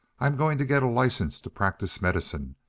i'm going to get a license to practice medicine,